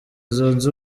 zunze